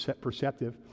perceptive